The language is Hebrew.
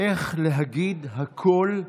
איך להגיד הכול,